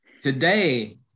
today